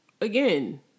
again